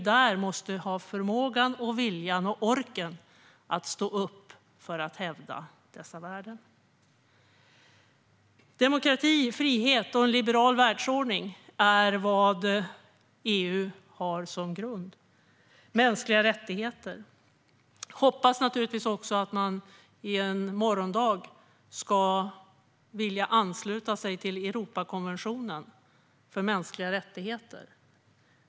Där måste EU ha förmågan, viljan och orken att stå upp för att hävda dessa värden. Demokrati, frihet och en liberal världsordning är vad EU har som grund. Det gäller också mänskliga rättigheter. Jag hoppas naturligtvis också att man i en morgondag ska vilja ansluta sig till Europakonventionen för mänskliga rättigheter.